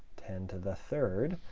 ten to the third,